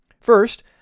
First